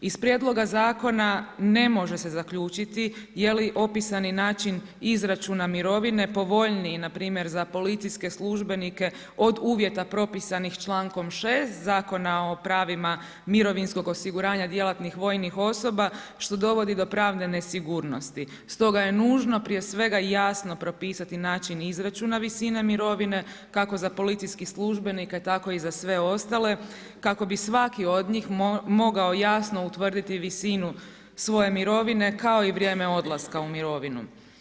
Iz prijedloga zakona ne može se zaključiti je li opisani način izračuna mirovine povoljniji npr. za policijske službenike od uvjeta propisanih člankom 6. Zakona o pravima mirovinskog osiguranja djelatnih vojnih osoba što dovodi do pravne nesigurnosti, stoga je nužno prije svega jasno propisati način izračuna visine mirovine kako za policijske službenike tako i za sve ostale kako bi svaki od njih mogao jasno mogao utvrditi visinu svoje mirovine kao i vrijeme odlaska u mirovinu.